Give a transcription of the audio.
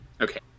Okay